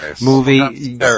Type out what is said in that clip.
movie